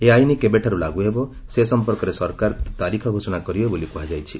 ଏହି ଆଇନ କେବେଠାରୁ ଲାଗ୍ର ହେବ ସେ ସମ୍ପର୍କରେ ସରକାର ତାରିଖ ଘୋଷଣା କରିବେ ବୋଲି କୃହାଯାଇଛି